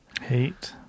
hate